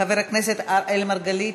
חבר הכנסת אראל מרגלית,